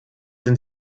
sind